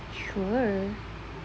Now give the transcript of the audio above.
sure